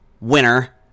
winner